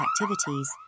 activities